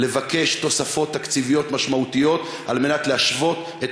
לבקש תוספות תקציביות משמעותיות על מנת להשוות את